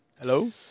hello